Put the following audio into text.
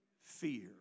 fear